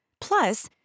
Plus